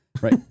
Right